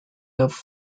have